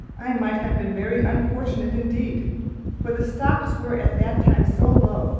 i might have been very unfortunate indeed for the stocks were at that time so low,